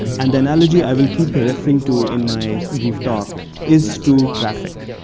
and the analogy i will keep referring to in my brief talk is to traffic.